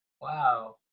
Wow